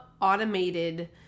automated